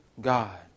God